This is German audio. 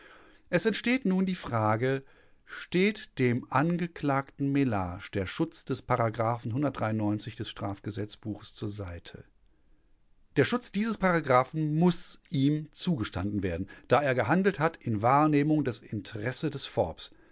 es entsteht nun die frage steht dem angeklagten mellage der schutz des des st g b zur seite der schutz dieses paragraphen muß ihm zugestanden werden da er gehandelt hat in wahrnehmung des interesse des forbes